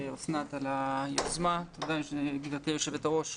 תודה לגבירתי יושבת-הראש.